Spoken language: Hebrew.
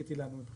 קריטי לנו.